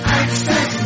access